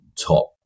top